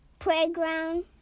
playground